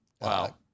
Wow